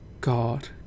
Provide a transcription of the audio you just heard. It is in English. God